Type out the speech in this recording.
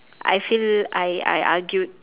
I feel I I argued